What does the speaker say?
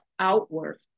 Outward